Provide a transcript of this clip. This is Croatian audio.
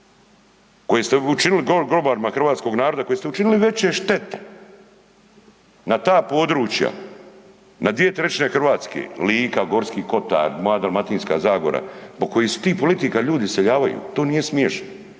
koji ste učinili grobarima hrvatskog naroda koji ste učinili veće štete na ta područja, na 2/3 Hrvatske, Lika, Gorski kotar, moja Dalmatinska zagora, zbog kojih se tih politika ljudi iseljavaju, to nije smiješno.